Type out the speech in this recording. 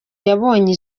yabonye